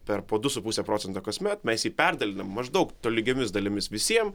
per po du su puse procento kasmet mes perdalinam maždaug lygiomis dalimis visiem